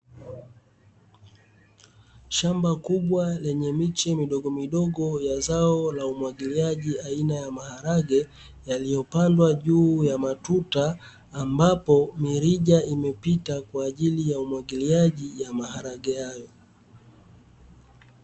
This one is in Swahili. Shamba kubwa lenye miche midogomidogo ya zao la umwagiliaji aina ya maharage yaliyopandwa juu ya matuta, ambapo mirija imepita kwa ajili ya umwagiliaji wa maharage hayo.